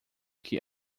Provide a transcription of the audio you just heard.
que